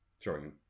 Throwing